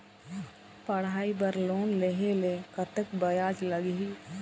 पढ़ई बर लोन लेहे ले कतक ब्याज लगही?